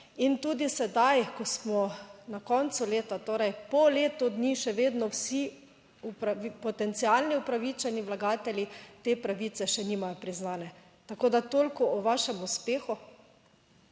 In tudi sedaj, ko smo na koncu leta, torej po letu dni še vedno vsi potencialni upravičeni vlagatelji te pravice še nimajo priznane. Tako da toliko o vašem uspehu.